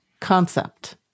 concept